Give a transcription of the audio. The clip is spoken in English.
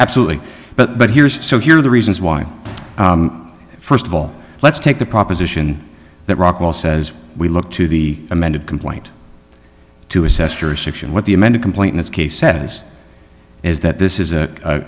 absolutely but but here's so here are the reasons why first of all let's take the proposition that rockwell says we look to the amended complaint to assess jurisdiction what the amended complaint in this case says is that this is